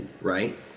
right